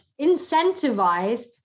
incentivize